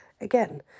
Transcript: again